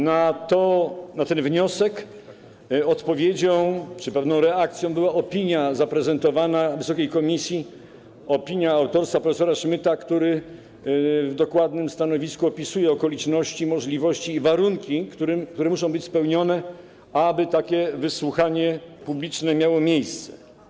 Na ten wniosek odpowiedzią czy pewną reakcją była opinia zaprezentowana wysokiej komisji, opinia autorstwa prof. Szmyta, który w dokładnym stanowisku opisuje okoliczności, możliwości i warunki, które muszą być spełnione, aby takie wysłuchanie publiczne miało miejsce.